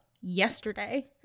yesterday